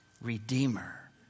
Redeemer